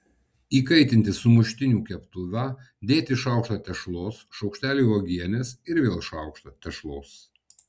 įkaitinti sumuštinių keptuvą dėti šaukštą tešlos šaukštelį uogienės ir vėl šaukštą tešlos